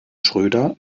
schröder